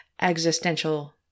existential